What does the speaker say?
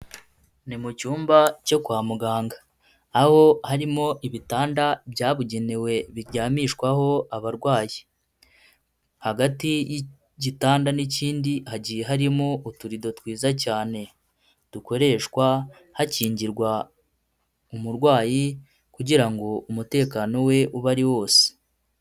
Ni mu cyumba cyo kwa muganga. Aho harimo ibitanda byabugenewe biryamishwaho abarwayi. Hagati y'igitanda n'ikindi hagiye harimo uturido twiza cyane, dukoreshwa hakingirwa umurwayi kugira ngo umutekano ube ari wose.